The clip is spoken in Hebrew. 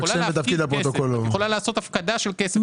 את יכולה לעשות פעולה של הפקדת כסף.